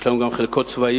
יש לנו גם חלקות צבאיות,